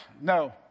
No